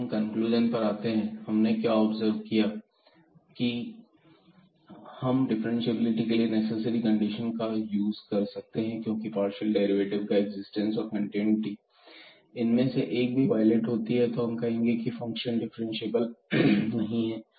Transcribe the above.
अब हम कन्क्लूजन पर आते हैं हमने क्या ऑब्जर्व किया कि हम डिफरेंटशिएबिलिटी के लिए नेसेसरी कंडीशन का यूज कर सकते हैं क्योंकि पार्शियल डेरिवेटिव का एक्जिस्टेंस और कंटिन्यूटी इनमें से एक भी वायलेट होती है तो हम कहेंगे की फंक्शन डिफरेंशिएबल नहीं हैं